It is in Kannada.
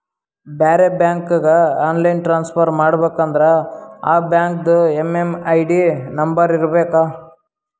ಬೇರೆ ಬ್ಯಾಂಕ್ಗ ಆನ್ಲೈನ್ ಟ್ರಾನ್ಸಫರ್ ಮಾಡಬೇಕ ಅಂದುರ್ ಆ ಬ್ಯಾಂಕ್ದು ಎಮ್.ಎಮ್.ಐ.ಡಿ ನಂಬರ್ ಇರಬೇಕ